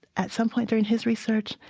at some point during his research,